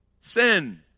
Sin